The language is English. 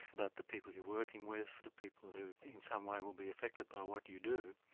but the people you're working with, the people who in some way will be affected by what you do.